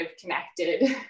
connected